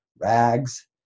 rags